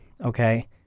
okay